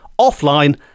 offline